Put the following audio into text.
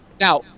Now